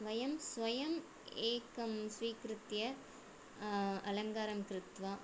वयं स्वयम् एकं स्वीकृत्य अलङ्कारं कृत्वा